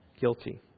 guilty